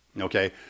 okay